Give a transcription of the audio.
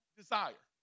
desire